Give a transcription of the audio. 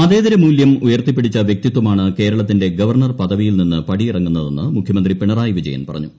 മതേതര മൂല്യം ഉയർത്തിപ്പിടിച്ച വ്യക്തിത്വമാണ് കേരളത്തിന്റെ ഗവർണർ പദവിയിൽ നിന്ന് പടിയിട്ടുറങ്ങുന്നതെന്ന് മുഖ്യമന്ത്രി പിണറായി വിജയൻ പറഞ്ഞു